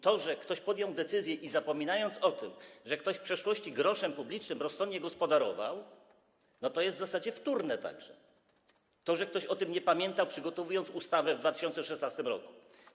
To, że ktoś podjął decyzję, zapominając o tym, że ktoś w przeszłości groszem publicznym rozsądnie gospodarował, to jest w zasadzie wtórne także - to, że ktoś o tym nie pamiętał, przygotowując ustawę w 2016 r.